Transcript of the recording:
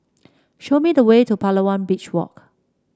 show me the way to Palawan Beach Walk